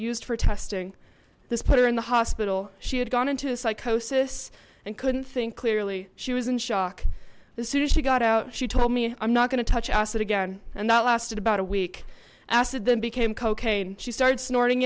used for testing this put her in the hospital she had gone into psychosis and couldn't think clearly she was in shock the sooner she got out she told me i'm not going to touch us again and that lasted about a week acid then became cocaine she started snorting